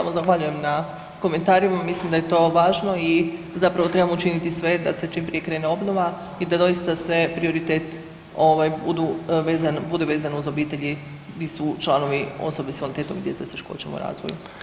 Evo zahvaljujem na komentarima, mislim da je to važno i zapravo trebamo učiniti sve da se čim prije krene obnova i da doista se prioritet ovaj budu, bude vezan uz obitelji gdje su članovi osobe s invaliditetom i djeca s teškoćama u razvoju.